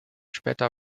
später